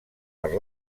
per